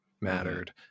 mattered